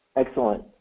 excellent.